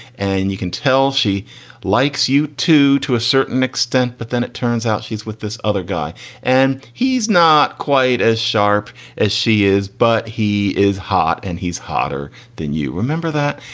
and you can tell she likes you, too, to a certain extent, but then it turns out she's with this other guy and he's not quite as sharp as she is, but he is hot and he's hotter than you remember that.